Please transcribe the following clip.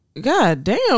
goddamn